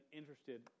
interested